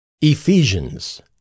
Ephesians